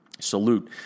salute